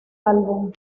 álbum